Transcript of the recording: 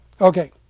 Okay